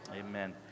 Amen